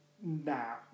now